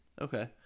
Okay